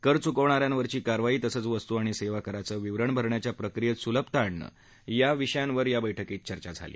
कर चुकवणाऱ्यांवरची कारवाई तसंच वस्तू आणि सेवाकराचं विवरण भरण्याच्या प्रक्रियेत सुलभता आणणं अशा विषयांवर या बैठकीत चर्चा झाली